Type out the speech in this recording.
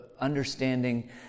understanding